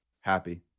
happy